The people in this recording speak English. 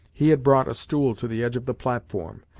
he had brought a stool to the edge of the platform,